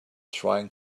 trying